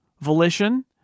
volition